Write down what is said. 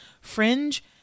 Fringe